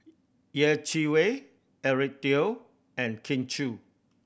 Yeh Chi Wei Eric Teo and Kin Chui